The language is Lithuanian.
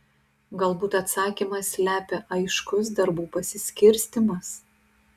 galbūt atsakymą slepia aiškus darbų pasiskirstymas